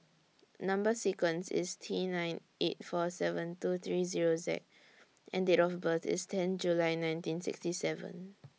Number sequence IS T nine eight four seven two three Zero Z and Date of birth IS ten July nineteen sixty seven